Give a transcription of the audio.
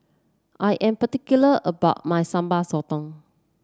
I am particular about my Sambal Sotong